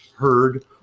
Heard